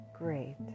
Great